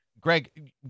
Greg